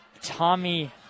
Tommy